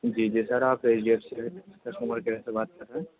جی جی سر آپ H D F C customer care سے بات کر رہے ہیں